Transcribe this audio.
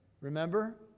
remember